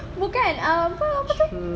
bukan apa apa tu